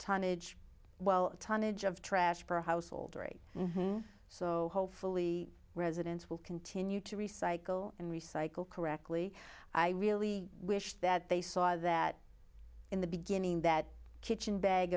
tonnage of trash per household rate so hopefully residents will continue to recycle and recycle correctly i really wish that they saw that in the beginning that kitchen bag